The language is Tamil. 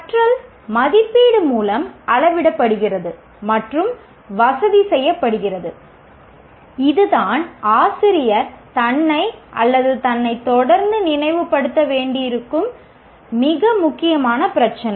கற்றல் மதிப்பீடு மூலம் அளவிடப்படுகிறது மற்றும் வசதி செய்யப்படுகிறது இதுதான் ஆசிரியர் தன்னை அல்லது தன்னை தொடர்ந்து நினைவுபடுத்த வேண்டியிருக்கும் மிக முக்கியமான பிரச்சினை